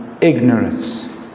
ignorance